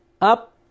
up